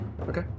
Okay